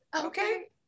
Okay